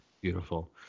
Beautiful